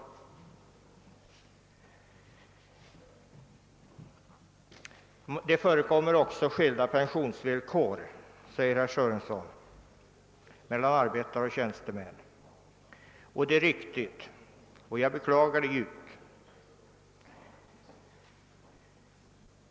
Vidare sade herr Sörenson att det finns skillnader beträffande pensionsvillkoren mellan arbetare och tjänstemän. Det är riktigt och jag beklagar djupt att så är fallet.